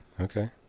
okay